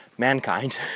Mankind